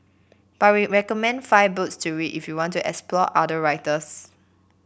but we recommend five books to read if you want to explore other writers